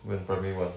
when primary one